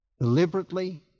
deliberately